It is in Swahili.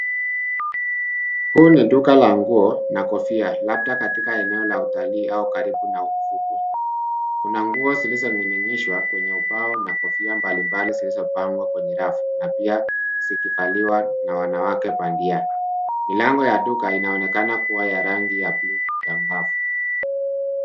Huu ni duka la nguo na kofia labda katika eneo la utalii au karibu na ufukwe. Kuna nguo zilizoning'inishwa kwenye ubao na kofia mbalimbali zilizopangwa kwenye rafu na pia zikivaliwa na wanawake bandia. Milango ya duka inaonekana kuwa ya rangi ya bluu ya mbao.